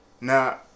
Now